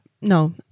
no